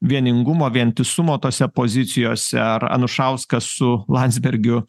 vieningumo vientisumo tose pozicijose ar anušauskas su landsbergiu